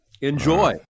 enjoy